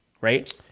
right